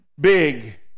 big